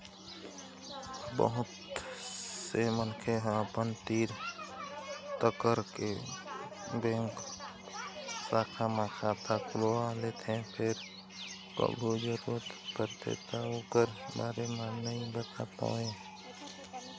बहुत से मनखे ह अपन तीर तखार के बेंक शाखा म खाता खोलवा लेथे फेर कभू जरूरत परथे त ओखर बारे म नइ बता पावय